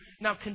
now